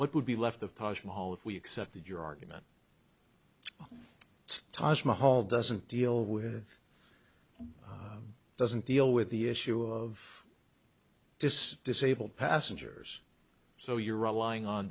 what would be left the taj mahal if we accepted your argument it's taj mahal doesn't deal with doesn't deal with the issue of this disabled passengers so you're relying on